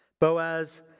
Boaz